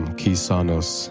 kisanos